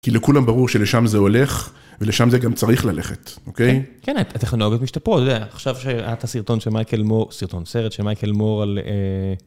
כי לכולם ברור שלשם זה הולך ולשם זה גם צריך ללכת אוקיי כן את הטכנולוגיות משתפרות עכשיו שאת הסרטון של מייקל מור סרטון סרט של מייקל מור על.